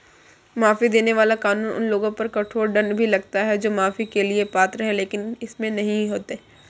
माफी देने वाला कानून उन लोगों पर कठोर दंड भी लगाता है जो माफी के लिए पात्र हैं लेकिन इसे नहीं लेते हैं